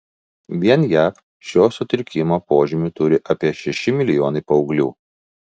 vien jav šio sutrikimo požymių turi apie šeši milijonai paauglių